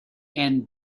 and